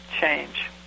change